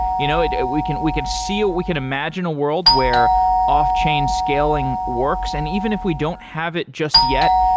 you know ah we can we can see, ah we can imagine a world where off-chain scaling works. and even if we don't have it just yet,